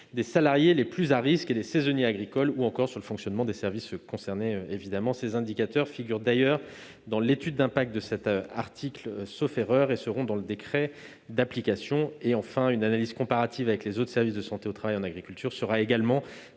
des salariés les plus à risques et les saisonniers agricoles, ou encore sur le fonctionnement des services concernés. Ces indicateurs figurent d'ailleurs dans l'étude d'impact de cet article, sauf erreur, et seront mentionnés dans le décret d'application. Enfin, une analyse comparative avec les autres services de santé au travail en agriculture sera également